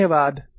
धन्यवाद